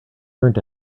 learned